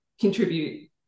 contribute